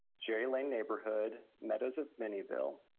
gerry lane neighborhood, meadows of minnieville.